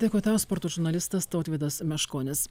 dėkui tau sporto žurnalistas tautvydas meškonis